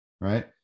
right